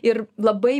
ir labai